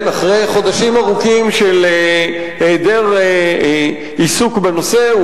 אחרי חודשים ארוכים של היעדר עיסוק בנושא הזה,